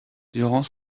durant